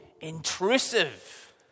intrusive